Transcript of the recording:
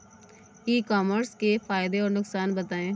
ई commerce के फायदे और नुकसान बताएँ?